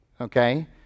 okay